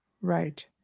Right